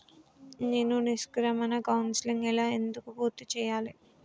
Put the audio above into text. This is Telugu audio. నేను నిష్క్రమణ కౌన్సెలింగ్ ఎలా ఎందుకు పూర్తి చేయాలి?